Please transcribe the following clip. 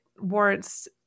warrants